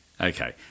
Okay